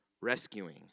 rescuing